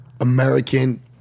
American